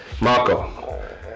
Marco